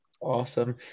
Awesome